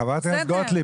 חברת הכנסת גוטליב,